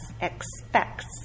expects